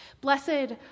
Blessed